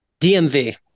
DMV